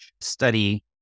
study